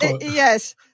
Yes